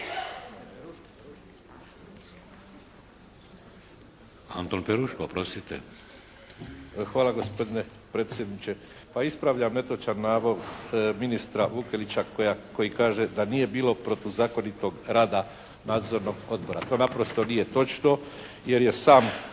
Anton Peruško. Oprostite!